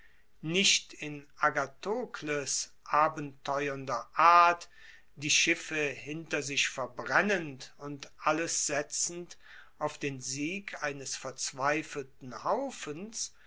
nicht in agathokles abenteuernder art die schiffe hinter sich verbrennend und alles setzend auf den sieg eines verzweifelten haufens